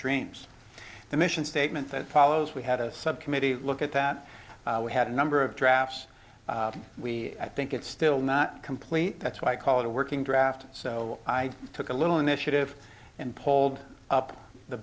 dreams the mission statement that follows we had a subcommittee look at that we had a number of drafts we i think it's still not complete that's why i call it a working draft so i took a little initiative and pulled up the